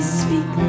speak